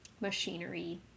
machinery